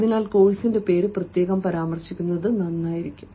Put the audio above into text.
അതിനാൽ കോഴ്സിന്റെ പേര് പ്രത്യേകം പരാമർശിക്കുന്നത് നന്നായിരിക്കും